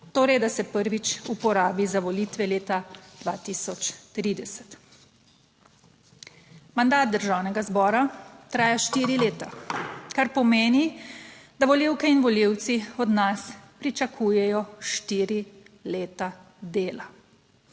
Torej, da se prvič uporabi za volitve leta 2030. Mandat Državnega zbora traja štiri leta, kar pomeni, da volivke in volivci od nas pričakujejo štiri leta dela.